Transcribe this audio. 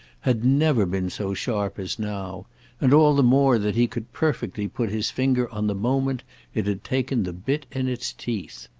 had never been so sharp as now and all the more that he could perfectly put his finger on the moment it had taken the bit in its teeth.